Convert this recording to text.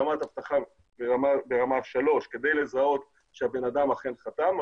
רמת אבטחה ברמה 3 כדי לזהות שהבן אדם אכן חתם,